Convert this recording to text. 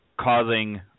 causing